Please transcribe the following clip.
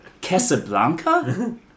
Casablanca